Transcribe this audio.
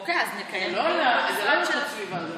אני לא אריב איתן.